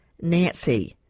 nancy